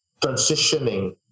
transitioning